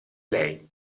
lei